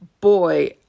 boy